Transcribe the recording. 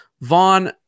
Vaughn